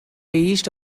east